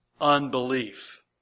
unbelief